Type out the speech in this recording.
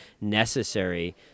necessary